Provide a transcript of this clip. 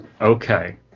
Okay